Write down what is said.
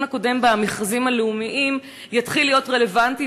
הקודם לגבי המכרזים הלאומיים יתחיל להיות רלוונטי,